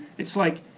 it's like,